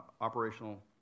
operational